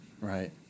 Right